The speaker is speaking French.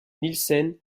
nielsen